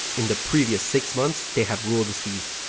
in the previous six months, they had ruled the seas.